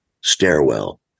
stairwell